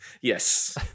Yes